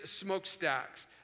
smokestacks